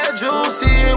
juicy